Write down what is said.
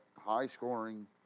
high-scoring